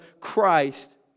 Christ